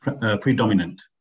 predominant